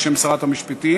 בשם שרת המשפטים.